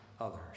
others